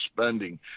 spending